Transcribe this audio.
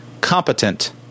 competent